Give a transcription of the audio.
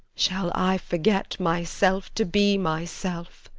shall i forget myself to be myself?